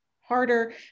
harder